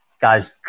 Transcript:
guys